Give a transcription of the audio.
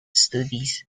studies